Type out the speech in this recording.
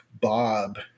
Bob